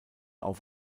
auf